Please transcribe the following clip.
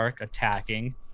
attacking